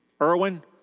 Irwin